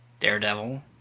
Daredevil